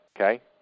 okay